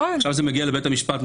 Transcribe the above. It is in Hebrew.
עכשיו זה מגיע לבית המשפט.